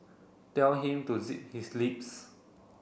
tell him to zip his lips